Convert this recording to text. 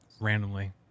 randomly